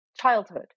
childhood